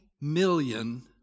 million